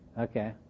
okay